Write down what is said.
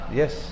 yes